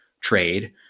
trade